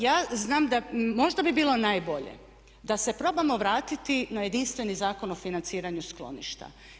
Ja znam da, možda bi bilo najbolje da se probamo vratiti na jedinstveni Zakon o financiranju skloništa.